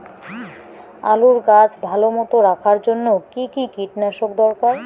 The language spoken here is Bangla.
আলুর গাছ ভালো মতো রাখার জন্য কী কী কীটনাশক দরকার?